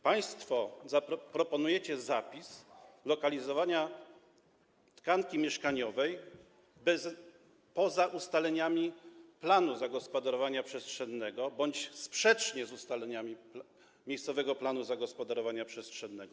Państwo proponujecie zapis o lokalizowaniu tkanki mieszkaniowej poza ustaleniami planu zagospodarowania przestrzennego bądź sprzecznie z ustaleniami miejscowego planu zagospodarowania przestrzennego.